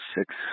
six